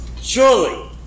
Surely